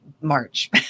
March